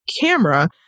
camera